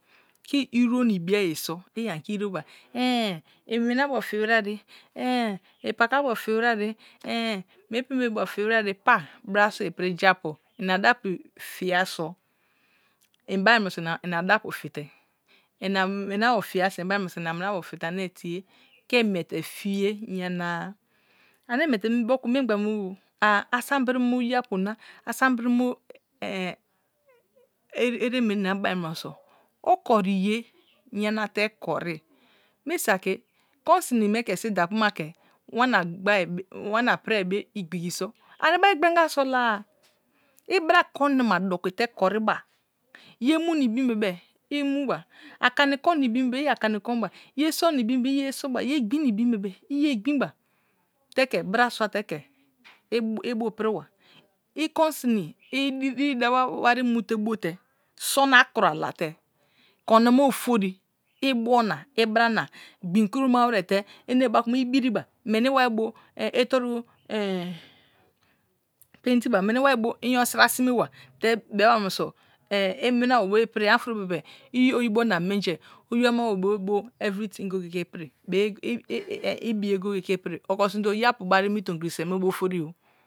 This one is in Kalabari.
Ke iruo na ibiya so i ani iruo ba em iminabo fi wiere em ipaka bo fi wirere i em mie bembe bo fi wirere pa bra sua ipri i japu ina dapu mu fiya so inbai muno so ina minabo fite ane tie? Ke miite fiye yana-a. Ana miite moku mi gba me bo a sunbiri ma oyapu na asanbiri ma eremena bai munoso okoriye yanate kori mi konsin miki siba da puma ke wanne piri be igbigi so ani bai i gbranga so la a ibra koinama doki te kori ba yemu na ibi bebe imu ba, akani kin na ibi bi i ani kin ba, ye sone ibi be iye soba ye gbim na ibi be iye gbin ba te ke bra sun te te ibu pri wa i diri dawa wari mute bote sona kura late konama otori ibio na ibra na gbin kuro ma wiri te enebu kuma ibiriba weri waribo itoru pintiba, weri waibo iyosin sime wa te biwa mumis imunibo bo ipri omo fori bebe i oyibo na menji oyibo ama bo everything goye goye ke ipiri ibiye goye goye ke ipri oke sima oyapu bari mi tomkri seme bo otori